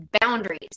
Boundaries